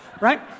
right